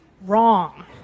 Wrong